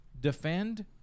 defend